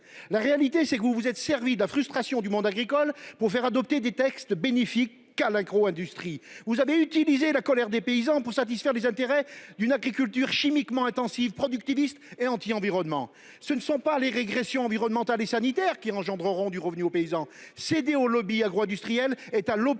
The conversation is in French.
La réalité, c’est que vous vous êtes servi de la frustration du monde agricole pour faire adopter des textes bénéfiques à la seule agro industrie. Vous avez utilisé la colère des paysans pour satisfaire les intérêts d’une agriculture chimiquement intensive, productiviste et anti environnementale ! Ce ne sont pas les régressions environnementales et sanitaires qui produiront du revenu pour les paysans. Céder aux lobbies agro industriels est à l’opposé